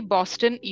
Boston